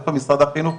איפה משרד החינוך,